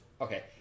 okay